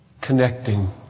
connecting